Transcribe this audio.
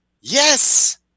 Yes